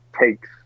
takes